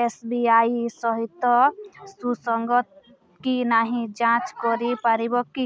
S B I ସହିତ ସୁସଙ୍ଗତ କି ନାହିଁ ଯାଞ୍ଚ କରିପାରିବ କି